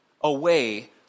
away